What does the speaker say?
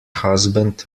husband